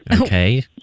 Okay